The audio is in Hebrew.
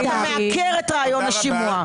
אתה מעקר את רעיון השימוע.